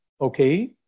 okay